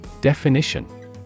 Definition